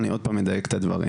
אני עוד פעם מדייק את הדברים.